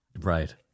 Right